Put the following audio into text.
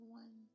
one